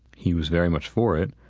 he was very much for it.